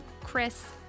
Chris